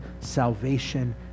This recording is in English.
salvation